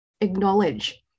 acknowledge